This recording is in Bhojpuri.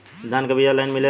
धान के बिया ऑनलाइन मिलेला?